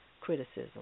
criticism